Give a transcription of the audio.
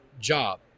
job